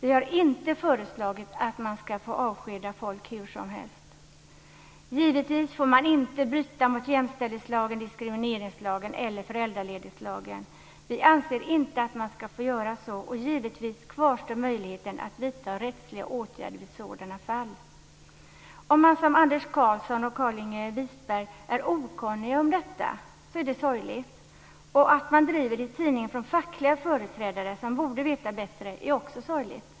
Vi har inte föreslagit att man ska få avskeda folk hur som helst. Givetvis får man inte bryta mot jämställdhetslagen, diskrimineringslagen eller föräldraledighetslagen. Vi anser inte att man ska få göra det, och givetvis kvarstår möjligheten att vidta rättsliga åtgärder vid sådana fall. Om man som Anders Karlsson och Carlinge Wisberg är okunnig om detta är det sorgligt. Det är också sorgligt att fackliga företrädare, som borde veta bättre, driver det i tidningen.